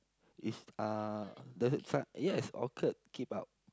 it's uh the sa~ yes Orchid keep out